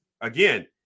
Again